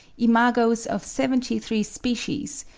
imagos of seventy three species,